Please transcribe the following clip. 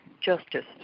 justice